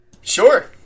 Sure